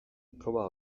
proba